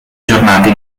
giornate